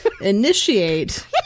initiate